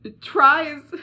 tries